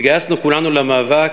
התגייסנו כולנו למאבק